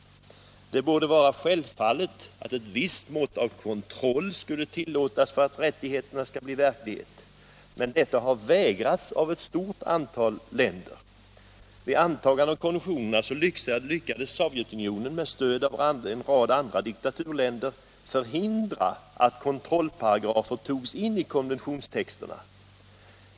Det borde vara självfallet att ett visst mått av kontroll skulle tillåtas för att rättigheterna skall bli verklighet, men detta har förhindrats av ett stort antal länder. Vid antagandet av konventionerna lyckades Sovjetunionen med stöd av en rad andra diktaturländer förhindra att kontrollparagrafer togs in i konventionstexterna.